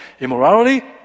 Immorality